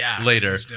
later